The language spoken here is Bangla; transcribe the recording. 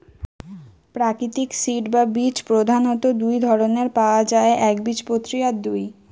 প্রাকৃতিক সিড বা বীজ প্রধাণত দুটো ধরণের পায়া যায় একবীজপত্রী আর দুই